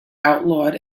outlawed